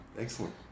Excellent